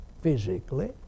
physically